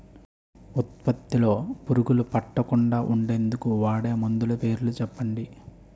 ఉత్పత్తి లొ పురుగులు పట్టకుండా ఉండేందుకు వాడే మందులు పేర్లు చెప్పండీ?